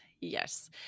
yes